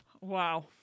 Wow